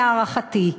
להערכתי,